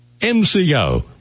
MCO